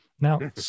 Now